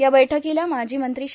या बैठकीला माजी मंत्री श्री